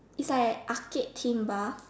is like an arcade theme bar